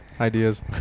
Ideas